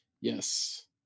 Yes